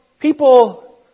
People